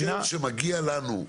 אני חושב שמגיע לנו,